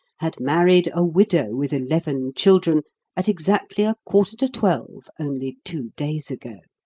had married a widow with eleven children at exactly a quarter to twelve, only two days ago,